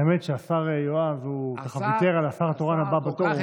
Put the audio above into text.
האמת היא שהשר יועז ויתר על השר התורן הבא בתור.